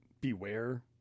beware